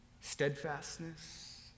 steadfastness